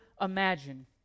imagine